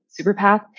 SuperPath